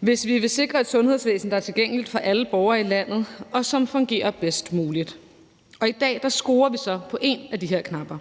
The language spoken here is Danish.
hvis vi vil sikre et sundhedsvæsen, der er tilgængeligt for alle borgere i landet, og som fungerer bedst muligt. I dag skruer vi så på en af de her knapper.